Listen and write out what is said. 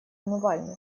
умывальник